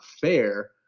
fair